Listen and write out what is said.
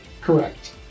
Correct